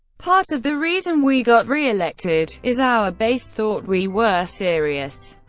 part of the reason we got reelected. is our base thought we were serious.